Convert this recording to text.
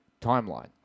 timeline